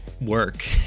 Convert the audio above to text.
work